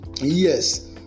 Yes